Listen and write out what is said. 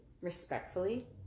respectfully